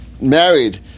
married